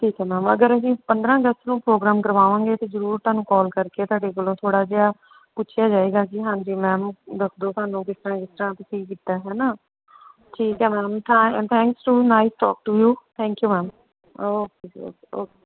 ਠੀਕ ਹੈ ਮੈਮ ਅਗਰ ਅਸੀਂ ਪੰਦਰਾਂ ਅਗਸਤ ਨੂੰ ਪ੍ਰੋਗਰਾਮ ਕਰਵਾਵਾਂਗੇ ਤਾਂ ਜ਼ਰੂਰ ਤੁਹਾਨੂੰ ਕਾਲ ਕਰ ਕੇ ਤੁਹਾਡੇ ਕੋਲੋਂ ਥੋੜ੍ਹਾ ਜਿਹਾ ਪੁੱਛਿਆ ਜਾਏਗਾ ਕਿ ਹਾਂਜੀ ਮੈਮ ਦੱਸ ਦਿਓ ਸਾਨੂੰ ਕਿਸ ਤਰ੍ਹਾਂ ਕਿਸ ਤਰ੍ਹਾਂ ਤੁਸੀਂ ਕੀਤਾ ਹੈ ਨਾ ਠੀਕ ਹੈ ਮੈਮ ਤਾਂ thanks to nice talk to you thank you ma'am okay ਜੀ ਓਕੇ ਓਕੇ